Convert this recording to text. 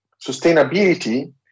Sustainability